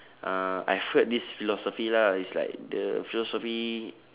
uh I've heard this philosophy lah it's like the philosophy